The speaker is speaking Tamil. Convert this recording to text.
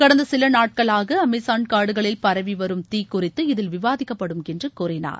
கடந்த சில நாட்களாக அமேஸான் காடுகளில் பரவி வரும் தீ குறித்து இதில் விவாதிக்கப்படும் என்று கூறினார்